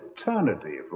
eternity